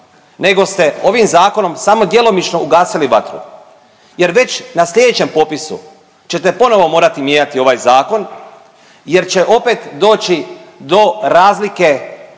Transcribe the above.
nego ste ovim zakonom samo djelomično ugasili vatru jer već na slijedećem popisu ćete ponovo mijenjati ovaj zakon jer će opet doći do razlike